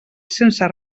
sense